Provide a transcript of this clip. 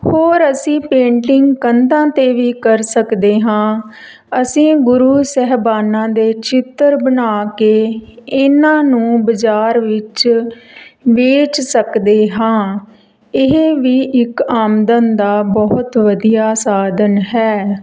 ਹੋਰ ਅਸੀਂ ਪੇਂਟਿੰਗ ਕੰਧਾਂ 'ਤੇ ਵੀ ਕਰ ਸਕਦੇ ਹਾਂ ਅਸੀਂ ਗੁਰੂ ਸਾਹਿਬਾਨਾਂ ਦੇ ਚਿੱਤਰ ਬਣਾ ਕੇ ਇਹਨਾਂ ਨੂੰ ਬਾਜ਼ਾਰ ਵਿੱਚ ਵੇਚ ਸਕਦੇ ਹਾਂ ਇਹ ਵੀ ਇੱਕ ਆਮਦਨ ਦਾ ਬਹੁਤ ਵਧੀਆ ਸਾਧਨ ਹੈ